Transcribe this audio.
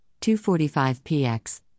245px